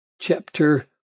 chapter